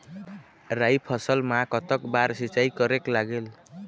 राई फसल मा कतक बार सिचाई करेक लागेल?